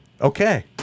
Okay